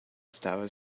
estava